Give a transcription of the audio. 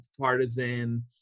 partisan